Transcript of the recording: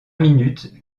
minutes